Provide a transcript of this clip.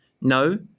No